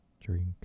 drink